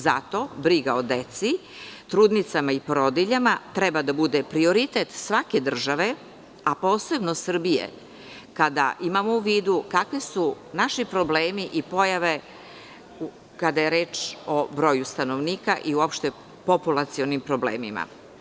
Zato briga o deci, trudnicama i porodiljama treba da bude prioritet svake države, a posebno Srbije, kada imamo u vidu kakvi su naši problemi i pojave kada je reč o broju stanovnika i uopšte populacionim problemima.